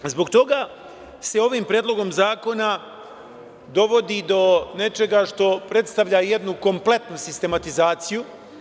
Zbog toga se ovim predlogom zakona dovodi do nečega što predstavlja jednu kompletnu sistematizaciju.